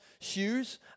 shoes